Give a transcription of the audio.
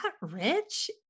rich